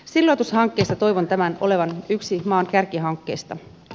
silloitushankkeista toivon tämän olevan yksi maan kärkihankkeista